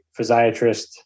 physiatrist